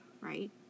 Right